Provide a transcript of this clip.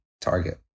Target